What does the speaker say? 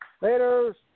Later